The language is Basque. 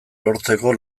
lortzeko